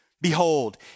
Behold